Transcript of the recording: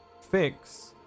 Fix